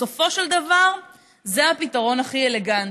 בסופו של דבר זה הפתרון הכי אלגנטי.